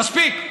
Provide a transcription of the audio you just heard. מספיק.